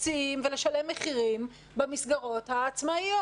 מוקצים ולשלם מחירים במסגרות העצמאיות.